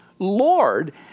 Lord